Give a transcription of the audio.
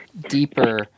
deeper—